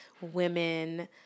women